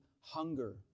hunger